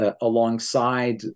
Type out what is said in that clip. alongside